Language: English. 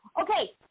Okay